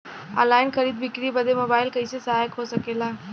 Online खरीद बिक्री बदे मोबाइल कइसे सहायक हो सकेला?